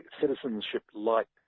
citizenship-like